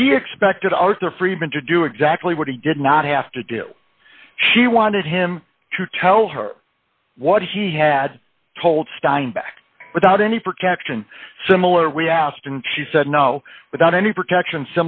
she expected arthur friedman to do exactly what he did not have to do she wanted him to tell her what he had told steinback without any protection similar we asked and she said no without any protection